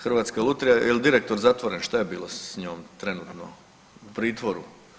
Hrvatska lutrija, jel direktor zatvore, šta je bilo s njom trenutno, u pritvoru?